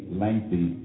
lengthy